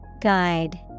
Guide